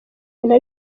ibintu